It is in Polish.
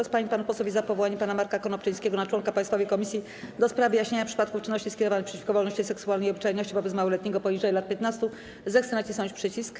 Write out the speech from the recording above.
Kto z pań i panów posłów jest za powołaniem pana Marka Konopczyńskiego na członka Państwowej Komisji do spraw wyjaśniania przypadków czynności skierowanych przeciwko wolności seksualnej i obyczajności wobec małoletniego poniżej lat 15, zechce nacisnąć przycisk.